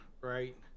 right